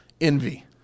Envy